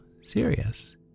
serious